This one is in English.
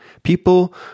People